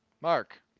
Mark